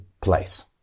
place